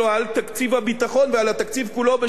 הביטחון ועל התקציב כולו בשנה הבאה.